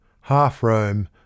Half-Rome